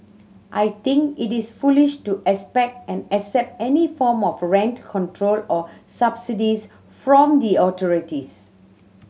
I think it is foolish to expect and accept any form of rent control or subsidies from the authorities